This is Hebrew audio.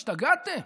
השתגעתם?